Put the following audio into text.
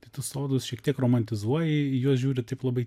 tai tu sodus šiek tiek romantizuoji į juos žiūri taip labai